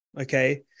Okay